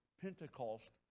Pentecost